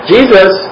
Jesus